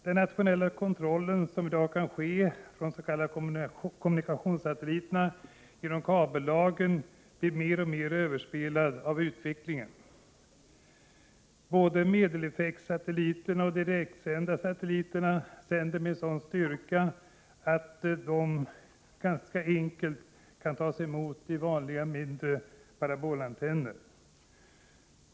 Den nationella kontroll som i dag kan ske från de s.k. kommunikationssatelliterna genom kabellagen blir mer och mer ”överspelad” av utvecklingen. Både medeleffektssatelliterna och de direktsändande satelliterna sänder med sådan styrka att de relativt enkelt kan tas emot med mindre parabolantenner.